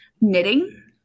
knitting